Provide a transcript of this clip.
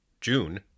June